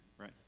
right